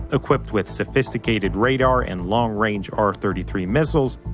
equipped with sophisticated radar and long-range r three three missiles.